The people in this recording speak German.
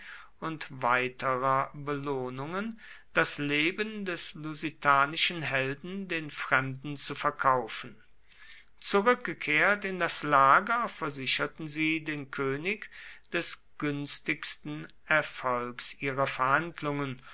und weiterer belohnungen das leben des lusitanischen helden den fremden zu verkaufen zurückgekehrt in das lager versicherten sie den könig des günstigsten erfolgs ihrer verhandlungen